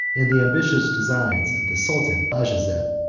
and the ambitious designs of the sultan bajazet.